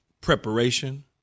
preparation